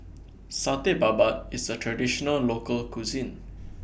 Satay Babat IS A Traditional Local Cuisine